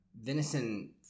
venison